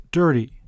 dirty